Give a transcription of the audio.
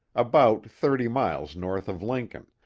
about thirty miles north of lincoln,